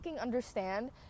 understand